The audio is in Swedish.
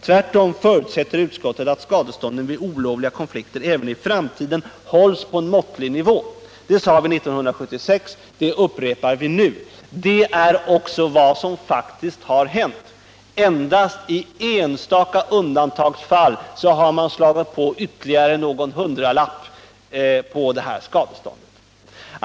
Tvärtom förutsätter utskottet att skadestånden vid olovliga konflikter även i framtiden hålls på måttlig nivå. Det sade vi 1976, och det upprepar vi nu. Det är också vad som faktiskt har hänt. Endast i enstaka undantagsfall har man slagit på ytterligare någon hundralapp på det här skadeståndet.